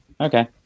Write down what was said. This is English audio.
Okay